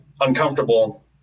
uncomfortable